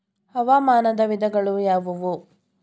ಹವಾಮಾನದ ವಿಧಗಳು ಯಾವುವು?